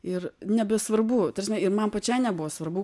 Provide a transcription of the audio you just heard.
ir nebesvarbu ta prasme ir man pačiai nebuvo svarbu